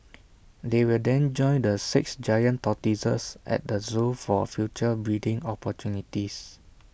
they will then join the six giant tortoises at the Zoo for future breeding opportunities